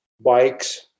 bikes